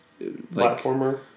platformer